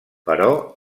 però